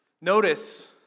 Notice